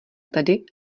tedy